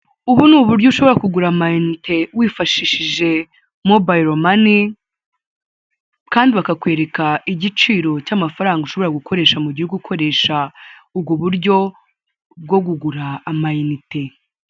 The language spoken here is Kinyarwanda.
ubu ni uburyo ushobora kugura amayinite, wifashishije mobire mani, kandi bakakwereka igiciro cy'amafaranga ushobora gukoresha mu gihe uri gukoresha ubwo buryo bwo kugura amayinite.